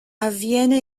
avviene